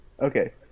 Okay